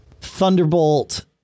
Thunderbolt